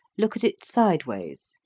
look at it side-ways,